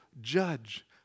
judge